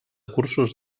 cursos